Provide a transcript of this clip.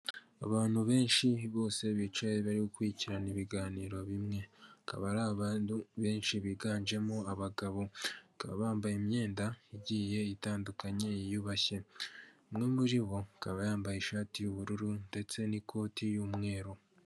Mu Rwanda hari utubari tugiye dutandukanye twinshi, utubari two mu Rwanda dukomeje guterimbere bitewe na serivise nziza tugenda dutanga, ahangaha hari intebe nziza abaturage bashobora kuba bakwicaramo ushobora kuba wasohokana n'abawe ndetse mukahagirira ibihe byiza kuko bababafite ibinyobwa bitandukanye.